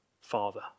Father